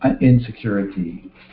insecurity